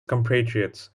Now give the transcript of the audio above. compatriots